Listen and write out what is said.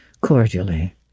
cordially